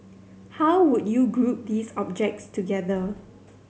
how would you group these objects together